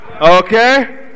Okay